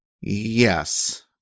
Yes